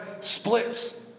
splits